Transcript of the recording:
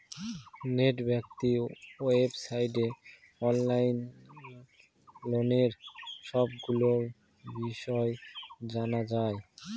net banking ওয়েবসাইটে online লোনের সবগুলো বিষয় জানা যায়